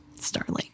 Starling